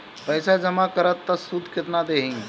पैसा जमा करम त शुध कितना देही?